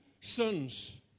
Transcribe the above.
sons